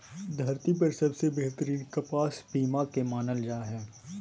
धरती पर सबसे बेहतरीन कपास पीमा के मानल जा हय